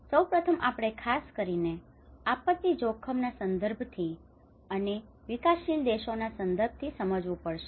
સૌ પ્રથમ આપણે ખાસ કરીને આપત્તિ જોખમના સંદર્ભથી અને વિકાસશીલ દેશોના સંદર્ભથી સમજવું પડશે